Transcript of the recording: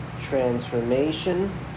transformation